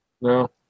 No